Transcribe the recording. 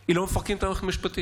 אם לא מפרקים את המערכת המשפטית.